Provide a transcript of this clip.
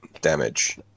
damage